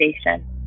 station